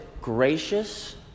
gracious